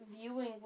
viewing